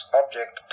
object